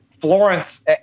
Florence